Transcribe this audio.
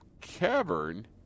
cavern